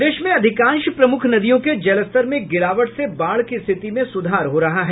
प्रदेश में अधिकांश प्रमुख नदियों के जलस्तर में गिरावट से बाढ़ की स्थिति में सुधार हो रहा है